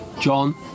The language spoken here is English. John